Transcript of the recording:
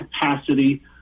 capacity